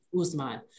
Usman